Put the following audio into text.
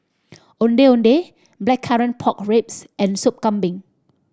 Ondeh Ondeh Blackcurrant Pork Ribs and Soup Kambing